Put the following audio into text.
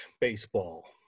baseball